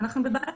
אנחנו בבעיה,